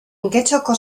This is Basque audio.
getxoko